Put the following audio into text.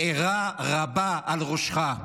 מארה רבה על ראשך.